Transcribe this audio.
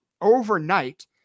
overnight